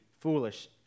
foolish